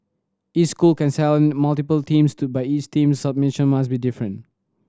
each school can sell multiple teams to but each team's submission must be different